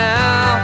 now